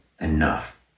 enough